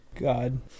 God